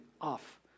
off